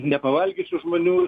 nepavalgiusių žmonių